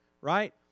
right